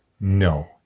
No